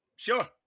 Sure